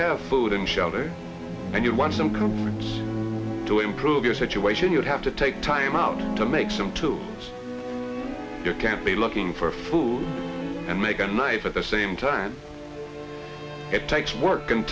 have food and shelter and you want some code to improve your situation you have to take time out to make some tools you can't be looking for food and make a knife at the same time it takes work